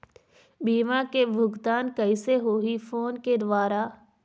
बीमा के भुगतान कइसे होही फ़ोन के द्वारा?